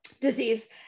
disease